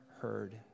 heard